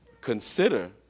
Consider